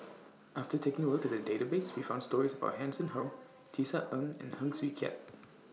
after taking A Look At The Database We found stories about Hanson Ho Tisa Ng and Heng Swee Keat